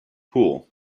pool